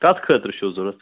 کَتھ خٲطرٕ چھُو ضوٚرَتھ